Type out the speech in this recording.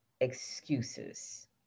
excuses